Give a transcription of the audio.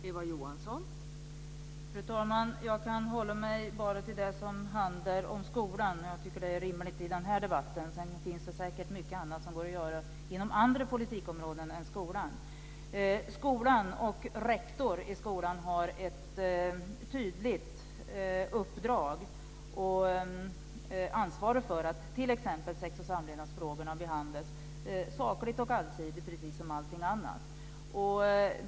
Fru talman! Jag kan bara hålla mig till det som handlar om skolan. Jag tycker att det är rimligt i den här debatten. Sedan finns det säkert mycket som går att göra inom andra politikområden än skolan. Skolan och rektor i skolan har ett tydligt uppdrag och ansvar för att t.ex. sex och samlevnadsfrågorna precis som allting annat behandlas sakligt och allsidigt.